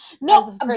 no